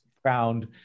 Found